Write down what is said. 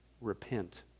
repent